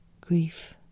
Grief